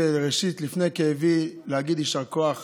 וראשית, לפני כאבי, להגיד יישר כוח